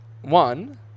one